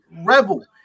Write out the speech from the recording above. rebel